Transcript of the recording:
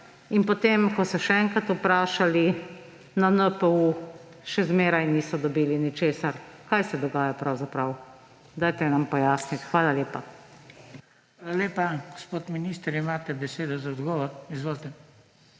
In potem ko so še enkrat vprašali na NPU, še zmeraj niso dobili ničesar. Kaj se dogaja pravzaprav? Dajte nam pojasniti. Hvala lepa. PODPREDSEDNIK BRANKO SIMONOVIČ: Hvala lepa. Gospod minister, imate besedo za odgovor. Izvolite.